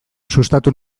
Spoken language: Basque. sustatu